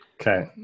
Okay